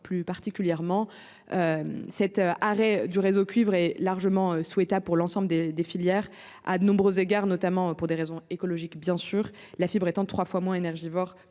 des syndicats. L'arrêt du réseau cuivre est largement souhaitable pour l'ensemble de la filière à de nombreux égards, notamment pour des raisons écologiques, la fibre étant trois fois moins énergivore